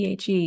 PHE